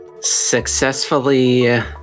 successfully